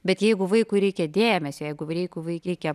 bet jeigu vaikui reikia dėmesio jeigu reikia vaikui reikia